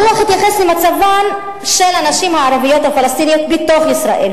הדוח התייחס למצבן של הנשים הערביות הפלסטיניות בתוך ישראל.